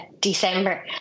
December